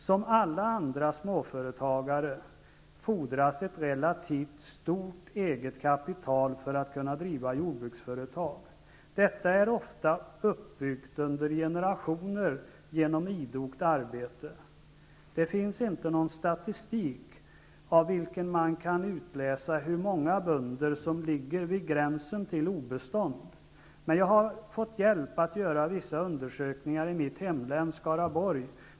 Som för alla andra småföretagare fordras ett relativt stort eget kapital för att kunna driva ett jordbruksföretag. Detta är ofta uppbyggt under generationer genom idogt arbete. Det finns inte någon statistik ur vilken man kan utläsa hur många bönder som ligger på gränsen till obestånd. Jag har fått hjälp att göra vissa undersökningar i mitt hemlän Skaraborg.